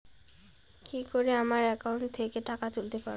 কি করে আমার একাউন্ট থেকে টাকা তুলতে পারব?